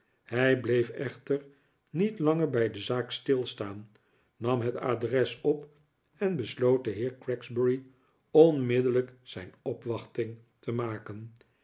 hij bleef echter niet langer bij de zaak stilstaan nam het adres op en besloot den heer gregsbury onmiddellijk zijn opwachting te maken